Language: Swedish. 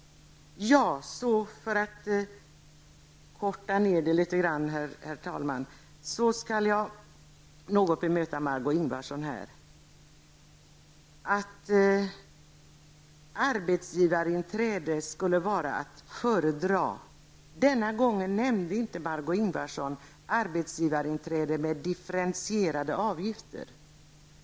Sedan vill jag något bemöta Margó Ingvardsson när hon säger att arbetsgivarinträde skulle vara att föredra. Margó Ingvardsson nämnde inte denna gången arbetsgivarinträde med differentierade avgifter.